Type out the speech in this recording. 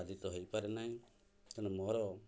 ଆଦିତ ହେଇପାରେ ନାହିଁ ତେଣୁ ମୋର